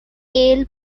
ale